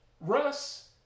Russ